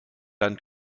dann